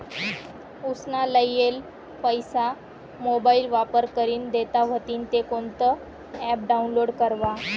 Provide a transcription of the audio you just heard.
उसना लेयेल पैसा मोबाईल वापर करीन देना व्हतीन ते कोणतं ॲप डाऊनलोड करवा?